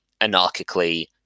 anarchically